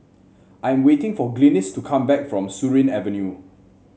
I am waiting for Glynis to come back from Surin Avenue